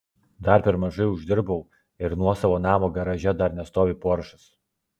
dar per mažai uždirbau ir nuosavo namo garaže dar nestovi poršas